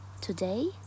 today